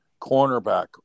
cornerback